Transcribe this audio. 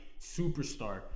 superstar